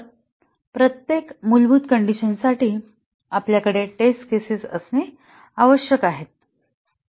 तर प्रत्येक मूलभूत कण्डिशनसाठी आपल्याकडे टेस्ट केसेस असणे आवश्यक आहे